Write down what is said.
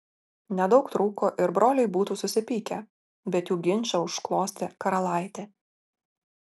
nedaug trūko ir broliai būtų susipykę bet jų ginčą užglostė karalaitė